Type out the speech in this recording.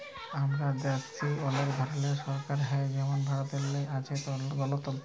আমরা দ্যাইখছি যে অলেক ধরলের সরকার হ্যয় যেমল ভারতেল্লে আছে গলতল্ত্র